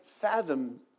fathom